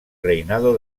reinado